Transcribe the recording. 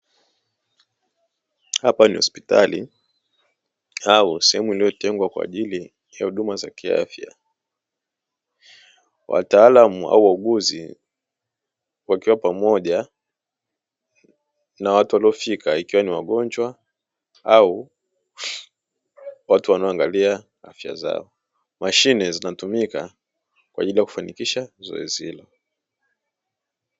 Hapa ni hospitali au sehemu iliyotengwa kwa ajili ya huduma za kiafya. Wataalamu au wauguzi wakiwa pamoja na watu waliofika, ikiwa ni wagonjwa au watu wanaoangalia afya zao; mashine zinatumika kwa ajili ya kufanikisha zoezi hilo.